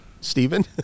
Stephen